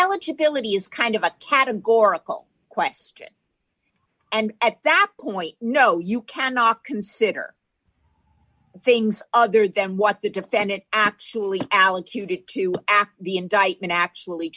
eligibility is kind of a categorical question and at that point no you cannot consider things other than what the defendant actually allocute it to act the indictment actually